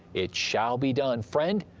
it shall be done. friend,